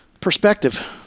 Perspective